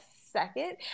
second